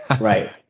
Right